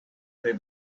they